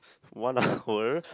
one hour